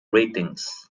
ratings